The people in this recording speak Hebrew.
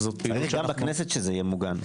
צריך גם בכנסת שזה יהיה מוגן.